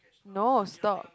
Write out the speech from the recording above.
no stop